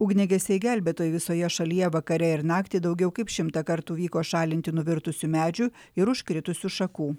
ugniagesiai gelbėtojai visoje šalyje vakare ir naktį daugiau kaip šimtą kartų vyko šalinti nuvirtusių medžių ir užkritusių šakų